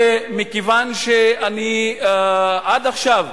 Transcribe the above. מכיוון שעד עכשיו,